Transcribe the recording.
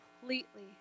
completely